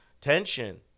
tension